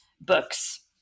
books